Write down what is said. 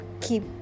keep